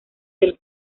del